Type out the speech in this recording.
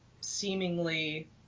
seemingly